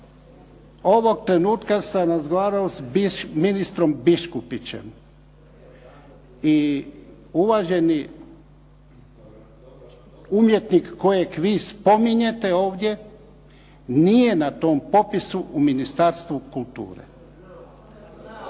Ovog trenutka sam razgovarao s ministrom Biškupićem i uvaženi umjetnik kojeg vi spominjete ovdje nije na tom popisu u Ministarstvu kulture.